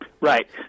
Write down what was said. Right